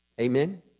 Amen